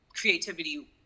creativity